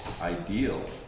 ideal